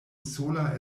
sola